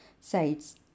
sides